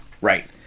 Right